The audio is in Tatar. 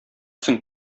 соң